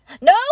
No